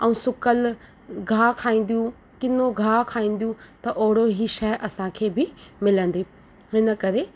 सुकल गाह खाईंदियूं किन्नो गाह खाईंदियूं त ओड़ो ई शइ असां खे बि मिलंदी इनकरे